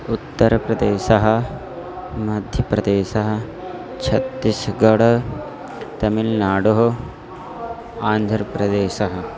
उत्तरप्रदेशः मध्यप्रदेशः छत्तिस्गढ तमिल्नाडुः आन्ध्रप्रदेशः